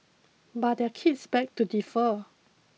but their kids beg to differ